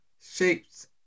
shapes